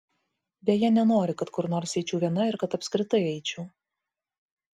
beje nenori kad kur nors eičiau viena ir kad apskritai eičiau